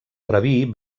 rabí